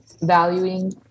valuing